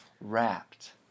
wrapped